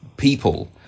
People